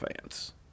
fans